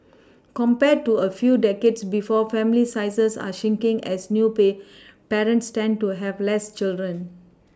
compared to a few decades before family sizes are shrinking as new pay parents tend to have less children